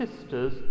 sisters